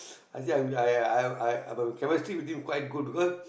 I said I I I chemistry with you quite good because